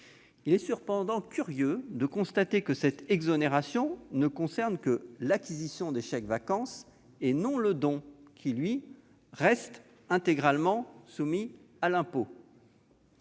Il est cependant curieux de constater que cette exonération ne concerne que l'acquisition des chèques-vacances et non le don qui, lui, reste intégralement soumis à l'impôt.